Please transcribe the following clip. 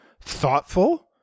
Thoughtful